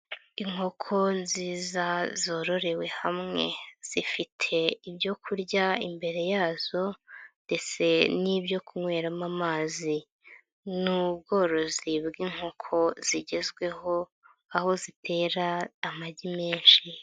Inkoko nziza zororewe hamwe zifite ibyo kurya imbere yazo ndetse n'ibyo kunyweramo amazi. Ni ubworozi bw'inkoko zigezweho, aho zitera amagi menshi.